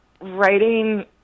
writing